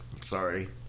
Sorry